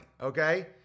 okay